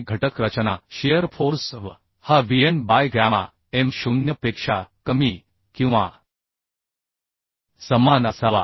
आणि घटक रचना शिअर फोर्स v हा vn बाय गॅमा m 0 पेक्षा कमी किंवा समान असावा